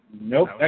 Nope